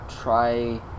try